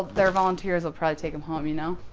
their volunteers will probably take them home, you know?